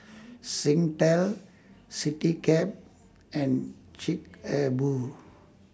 Singtel Citycab and Chic A Boo